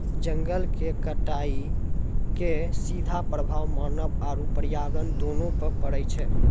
जंगल के कटाइ के सीधा प्रभाव मानव आरू पर्यावरण दूनू पर पड़ै छै